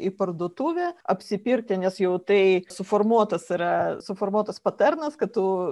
į parduotuvę apsipirkti nes jau tai suformuotas yra suformuotas patarnas kad tu